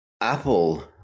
Apple